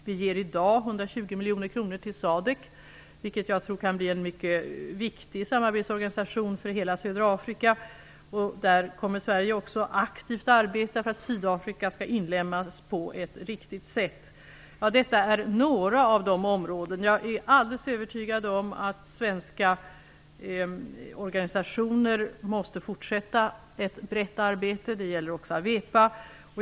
Vi ger i dag 120 miljoner kronor till CADK, vilken jag tror kan bli en mycket viktig samarbetsorganisation för hela södra Afrika. Sverige kommer att arbeta aktivt för att Sydafrika skall inlemmas på ett riktigt sätt. Detta är några av de områden vi är verksamma inom. Jag är alldeles övertygad om att svenska organisationer måste fortsätta ett brett arbete. Det gäller också AWEPA.